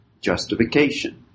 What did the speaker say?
justification